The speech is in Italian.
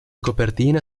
copertina